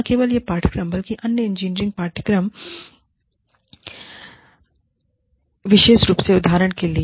न केवल यह पाठ्यक्रम बल्कि अन्य इंजीनियरिंग पाठ्यक्रम विशेष रूप से उदाहरण के लिए